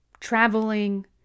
Traveling